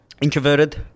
Introverted